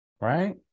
Right